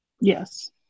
yes